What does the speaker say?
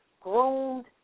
groomed